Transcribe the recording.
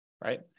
right